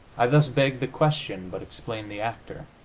i thus beg the question, but explain the actor.